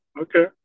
Okay